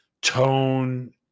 tone